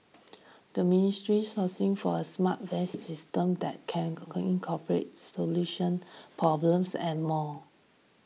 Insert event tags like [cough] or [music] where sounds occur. the ministry sourcing for a smart vest system that can [unintelligible] corporate solutions problems and more